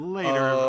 Later